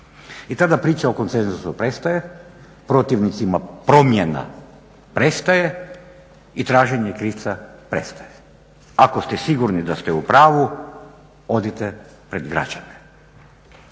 i tada priča o konsenzusu prestaje, protivnicima promjena prestaje i traženje krivca prestaje. Ako ste sigurni da ste u pravu odite pred građane.